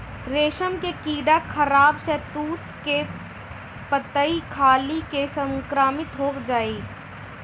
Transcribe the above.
रेशम के कीड़ा खराब शहतूत के पतइ खाली त संक्रमित हो जाई